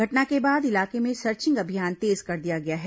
घटना के बाद इलाके में सर्चिंग अभियान तेज कर दिया गया है